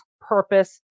purpose